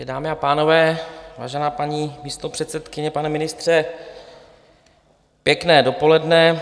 Dámy a pánové, vážená paní místopředsedkyně, pane ministře, pěkné dopoledne.